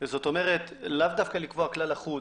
זאת אומרת, לאו דווקא לקבוע כלל אחוד